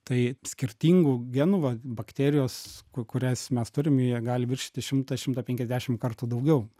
tai skirtingų genų va bakterijos ku kurias mes turim jie gali viršyti šimtą šimtą penkiasdešim kartų daugiau